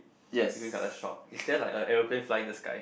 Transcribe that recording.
the green colour shop is there like a aeroplane flying in the sky